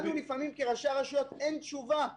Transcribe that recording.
אין לנו, כראשי רשויות, תשובה לאבא,